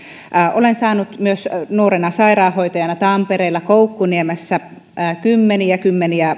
olen myös saanut nuorena sairaanhoitajana tampereella koukkuniemessä kymmenillä kymmenillä